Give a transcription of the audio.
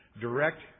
direct